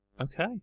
Okay